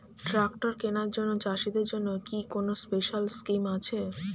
Tractor কেনার জন্য চাষিদের জন্য কি কোনো স্পেশাল স্কিম আছে?